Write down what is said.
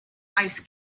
ice